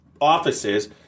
offices